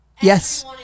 yes